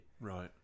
Right